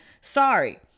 Sorry